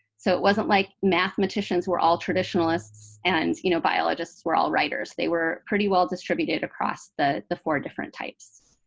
so it wasn't like mathematicians were all traditionalists and you know biologists were all writers. they were pretty well distributed across the the four different types.